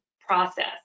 process